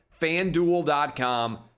fanduel.com